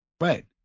Right